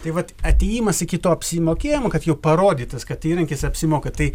tai vat atėjimas iki to apsimokėjimo kad jau parodytas kad įrankis apsimoka tai